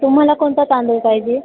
तुम्हाला कोणता तांदूळ पाहिजे